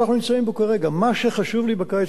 מה שחשוב לי בקיץ הזה זה לא לחפש אשמים.